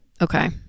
Okay